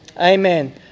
Amen